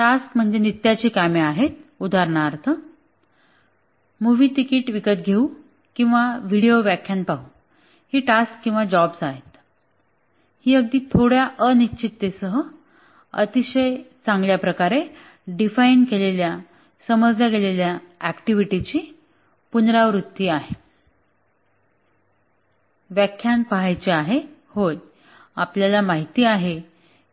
tasks नित्याची कामे आहेत उदाहरणार्थ मूव्ही तिकीट विकत घेऊ किंवा व्हिडिओ व्याख्यान पाहू ही टास्क्स किंवा जॉब्स आहेत ही अगदी थोड्या अनिश्चिततेसह अतिशय चांगल्या प्रकारे डिफाइन केलेल्या समजल्या गेलेल्या ऍक्टिव्हिटीची पुनरावृत्ती आहे व्याख्यान पाहायचे आहे होय आपल्याला माहित आहे